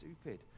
stupid